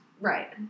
Right